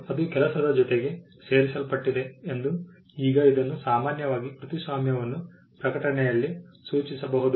ಅದು ಕೆಲಸದ ಜೊತೆಗೆ ಸೇರಿಸಲ್ಪಟ್ಟಿದೆ ಎಂದು ಈಗ ಇದನ್ನು ಸಾಮಾನ್ಯವಾಗಿ ಕೃತಿಸ್ವಾಮ್ಯವನ್ನು ಪ್ರಕಟಣೆಯಲ್ಲಿ ಸೂಚಿಸಬಹುದು